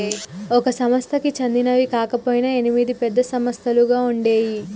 ఒక సంస్థకి చెందినవి కాకపొయినా ఎనిమిది పెద్ద సంస్థలుగా ఉండేయ్యి